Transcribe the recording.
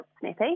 snappy